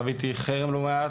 חוויתי חרם לא מעט,